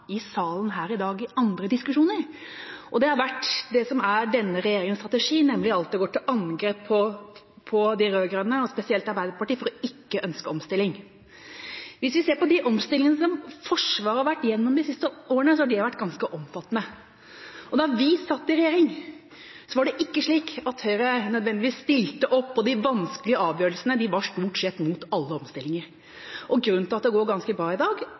i salen her i dag i andre diskusjoner, og det har vært det som er denne regjeringas strategi, nemlig alltid å gå til angrep på de rød-grønne, og spesielt Arbeiderpartiet, for ikke å ønske omstilling. Hvis vi ser på de omstillingene som Forsvaret har vært gjennom de siste årene, har de vært ganske omfattende. Da vi satt i regjering, var det ikke slik at Høyre nødvendigvis stilte opp, og i de vanskelige avgjørelsene var de stort sett mot alle omstillinger. Grunnen til at det går ganske bra i dag,